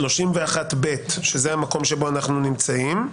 סעיף 31ב, שזה המקום שבו אנחנו נמצאים.